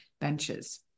benches